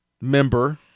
member